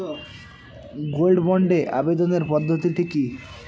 Gold বন্ডে আবেদনের পদ্ধতিটি কি?